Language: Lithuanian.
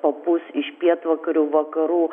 papūs iš pietvakarių vakarų